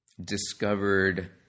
discovered